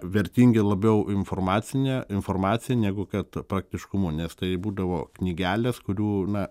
vertingi labiau informacine informacija negu kad praktiškumu nes tai būdavo knygelės kurių na